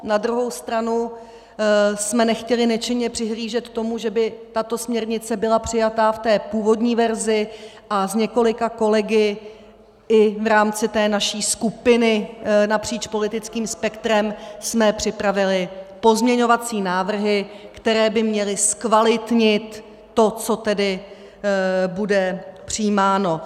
Na druhou stranu jsme nechtěli nečinně přihlížet tomu, že by tato směrnice byla přijata v té původní verzi, a s několika kolegy i v rámci naší skupiny napříč politickým spektrem jsme připravili pozměňovací návrhy, které by měly zkvalitnit to, co bude přijímáno.